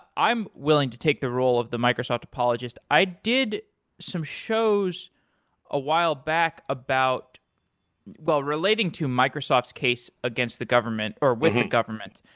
i'm willing to take the role of the microsoft apologist. i did some shows a while back about well, relating to microsoft's case against the government, or with government.